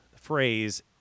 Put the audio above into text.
phrase